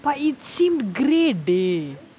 but it seemed great [deh]